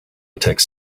tech